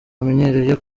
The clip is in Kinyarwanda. bamenyereye